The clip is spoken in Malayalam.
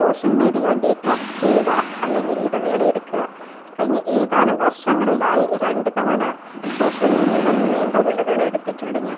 സോഷ്യൽ മീഡിയ ഡീടോക്സ് ചെയ്യുക അല്ലെങ്കിൽ ഇടവേള എടുക്കുക കഴിഞ്ഞ ഏതാനും വർഷങ്ങളിലായി രണ്ട് തവണ സോഷ്യൽ മീഡ്യേൽ നിന്ന് നീണ്ട ഒരു ഇടവേള എടുത്തിട്ടുണ്ട് ഞാൻ